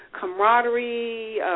camaraderie